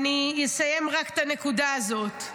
אני אסיים רק את הנקודה הזאת.